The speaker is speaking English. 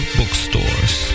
bookstores